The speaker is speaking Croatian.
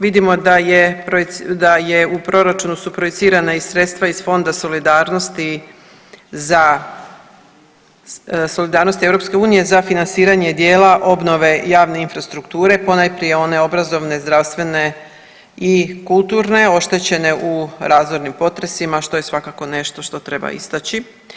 Vidimo da je, da je u proračunu su projicirana i sredstva iz Fonda solidarnosti za, solidarnosti EU za financiranje dijela obnove javne infrastrukture ponajprije one obrazovne, zdravstvene i kulturne oštećene u razornim potresima što je svakako nešto što treba istaći.